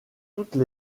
toutes